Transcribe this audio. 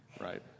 right